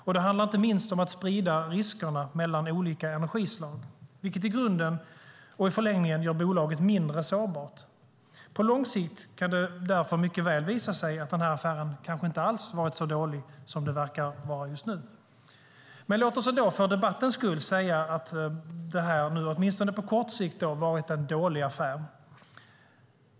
Och det handlar inte minst om att sprida riskerna mellan olika energislag, vilket i grunden och i förlängningen gör bolaget mindre sårbart. På lång sikt kan det därför mycket väl visa sig att den här affären kanske inte alls har varit så dålig som den verkar ha varit just nu. Låt oss ändå för debattens skull säga att det åtminstone på kort sikt har varit en dålig affär.